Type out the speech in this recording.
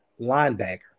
linebacker